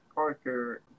Parker